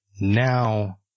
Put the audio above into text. Now